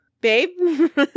Babe